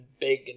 big